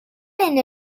island